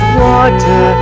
water